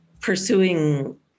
pursuing